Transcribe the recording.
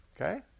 Okay